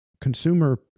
consumer